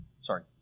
Sorry